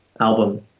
album